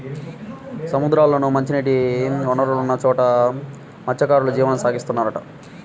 సముద్రాల్లోనూ, మంచినీటి వనరులున్న చోట మత్స్యకారులు జీవనం సాగిత్తుంటారు